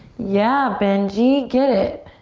yeah, benji! get it!